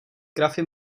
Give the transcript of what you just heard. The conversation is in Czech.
grafy